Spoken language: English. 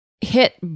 hit